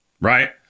right